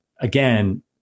again